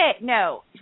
no